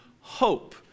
hope